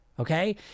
Okay